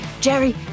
Jerry